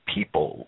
people